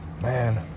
Man